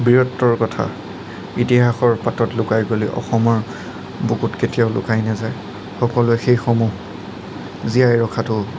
বীৰত্বৰ কথা ইতিহাসৰ পাতত লুকাই গ'লেও অসমৰ বুকুত কেতিয়াও লুকাই নাযায় সকলোৱে সেই সমূহ জীয়াই ৰখাতো